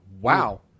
Wow